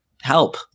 help